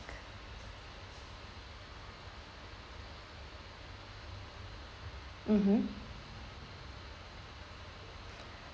mmhmm